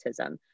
autism